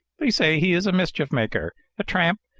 they say he is a mischief-maker, a tramp,